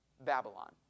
Babylon